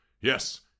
Yes